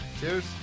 Cheers